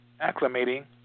acclimating